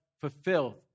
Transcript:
fulfilled